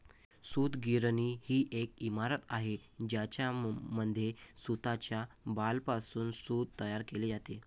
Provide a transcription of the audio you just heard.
सूतगिरणी ही एक इमारत आहे ज्यामध्ये सूताच्या बॉलपासून सूत तयार केले जाते